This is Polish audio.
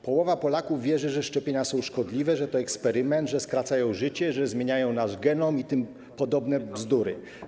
Połowa Polaków wierzy, że szczepienia są szkodliwe, że to eksperyment, że skracają życie, że zmieniają nasz genom i tym podobne bzdury.